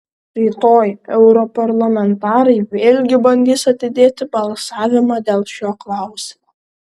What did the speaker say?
rytoj europarlamentarai vėlgi bandys atidėti balsavimą dėl šio klausimo